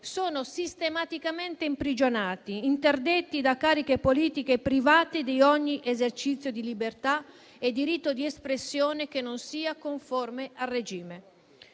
sono sistematicamente imprigionati, interdetti da cariche politiche e privati di ogni esercizio di libertà e diritto di espressione che non sia conforme al regime.